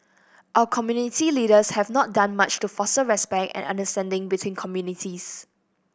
our community leaders have not done much to foster respect and understanding between communities